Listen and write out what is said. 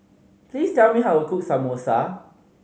please tell me how cook Samosa